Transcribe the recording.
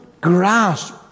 grasp